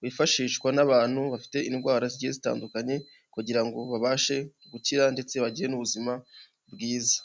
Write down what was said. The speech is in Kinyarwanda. wifashishwa n'abantu bafite indwara zigiye zitandukanye kugirango babashe gukira ndetse bagire n' ubuzima bwiza.